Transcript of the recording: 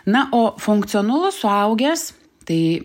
na o funkcionalus suaugęs tai